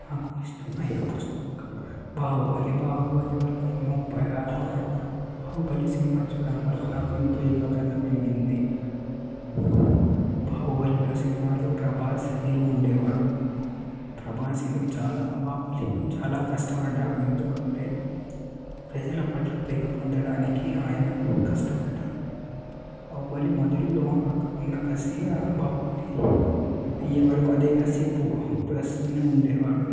నాకు ఇష్టమైన పుస్తకం బాహుబలి బాహుబలి వల్ల ఎన్నో ఉపయోగాలు ఉన్నాయి బాహుబలి సినిమా చూడటం వల్ల నాకు ఎంతో ఏకాగ్రత పెరిగింది బాహుబలిలో సినిమాలో ప్రభాస్ హీరో ఉండేవాడు ప్రభాస్ హీరో చాలా బాహుబలి గురించి చాలా కష్టపడ్డాడు ఎందుకంటే ప్రజల పట్ల ప్రేమ పొందడానికి ఆయన కష్టపడ్డారు బాహుబలి మొదలులో ఉన్న కసి ఆ బాహుబలి అయ్యే వరకు అదే కసి కసితోనే ఉండేవాడు